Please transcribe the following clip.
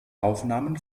aufnahmen